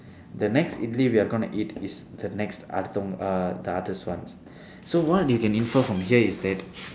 the next we are going to eat is the next அர்த்தம்:arththam uh the one so what you can infer from here is that